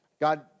God